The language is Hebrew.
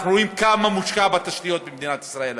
אנחנו רואים כמה מושקע בתשתיות במדינת ישראל היום,